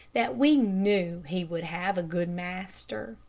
that we knew he would have a good master.